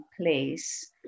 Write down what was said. place